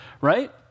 right